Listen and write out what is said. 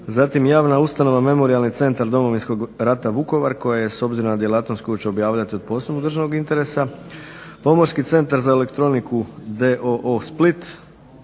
Zatim, javna ustanova Memorijalni centar Domovinskog rata Vukovar koja je s obzirom na djelatnost koju će obavljati od posebnog državnog interesa, Pomorski centar za elektroniku d.o.o. Split